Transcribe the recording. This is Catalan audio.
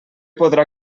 podrà